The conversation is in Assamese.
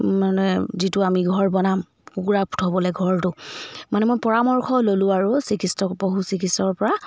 মানে যিটো আমি ঘৰ বনাম কুকুৰা থ'বলৈ ঘৰটো মানে মই পৰামৰ্শ ল'লোঁ আৰু চিকিৎস পশু চিকিৎসকৰ পৰা